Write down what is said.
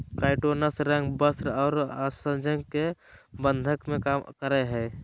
काइटोनस रंग, वस्त्र और आसंजक में बंधक के काम करय हइ